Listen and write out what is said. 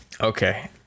Okay